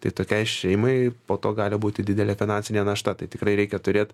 tai tokiai šeimai po to gali būti didelė finansinė našta tai tikrai reikia turėt